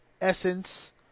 essence